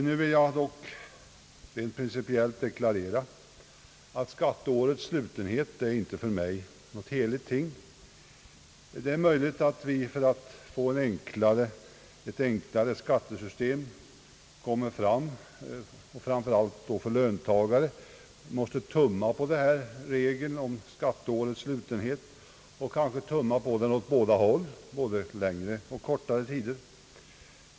Nu vill jag dock rent principiellt deklarera att skatteårets slutenhet för mig inte är någonting heligt. Det är möjligt att vi för att få ett enklare skattesystem kommer fram till att man framför allt för löntagare måste tumma på regeln om skatteårets slutenhet och kanske tumma på den åt båda hållen för både längre och kortare tid.